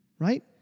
Right